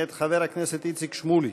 מאת חבר הכנסת איציק שמולי.